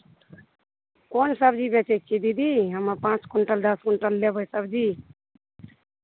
कोन सब्जी बेचै छियै दीदी हमरा पाँच क्विंटल दस क्विंटल लेबै सब्जी